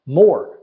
more